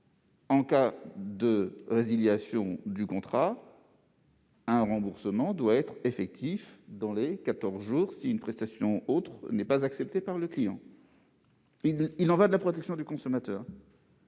en cas de résiliation du contrat, un remboursement doit être effectif dans les quatorze jours si une autre prestation n'est pas acceptée par le client. Il y va de la protection du consommateur.